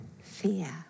fear